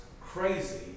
crazy